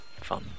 Fun